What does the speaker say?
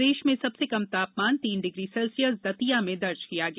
प्रदेश में सबसे कम तापमान तीन डिग्री सेल्सियस दतिया में दर्ज किया गया